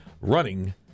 running